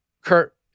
Kurt